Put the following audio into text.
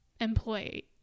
employee